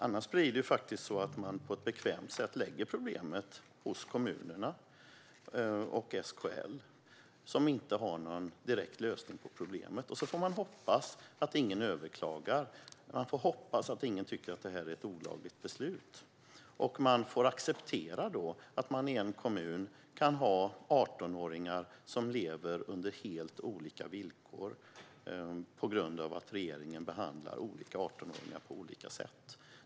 Annars blir det så att man på ett bekvämt sätt lägger problemet hos kommunerna och SKL, som inte har någon direkt lösning, och så får man hoppas att ingen överklagar. Man får hoppas att ingen tycker att det är ett olagligt beslut. Man får också acceptera att man i en kommun kan ha 18-åringar som lever under helt olika villkor på grund av att regeringen behandlar olika 18-åringar på olika sätt.